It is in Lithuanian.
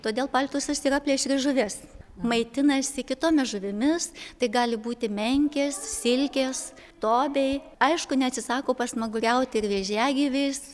todėl paltusas yra plėšri žuvis maitinasi kitomis žuvimis tai gali būti menkės silkės tobiai aišku neatsisako pasmaguriauti ir vėžiagyviais